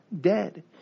dead